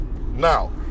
Now